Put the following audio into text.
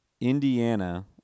Indiana